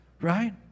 right